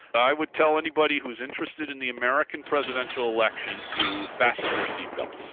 i would tell anybody who's interested in the american presidential election to fasten their seatbelts,